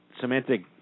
semantic